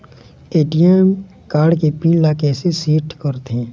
ATM card के pin ला कैसे सेट करथे?